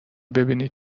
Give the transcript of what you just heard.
ببینی